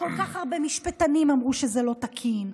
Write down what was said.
וכל כך הרבה משפטנים אמרו שזה לא תקין,